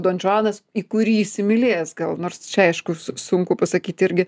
donžuanas į kurį įsimylėjęs nors čia aišku su sunku pasakyti irgi